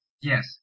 yes